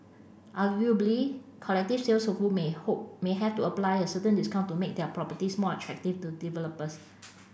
arguably collective sales may have to apply a certain discount to make their properties more attractive to developers